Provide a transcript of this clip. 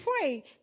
pray